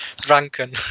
drunken